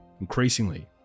Increasingly